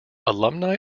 alumni